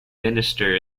minister